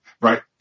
Right